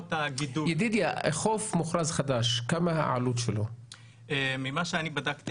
וכמה האחזקה